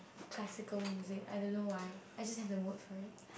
classical music I don't know why I just have the mood for it